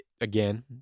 again